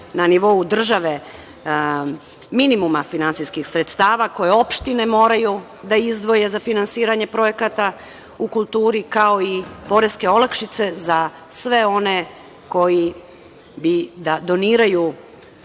na nivou države minimuma finansijskih sredstava koje opštine moraju da izdvoje za finansiranje projekata u kulturi, kao i poreske olakšice za sve one koji bi da doniraju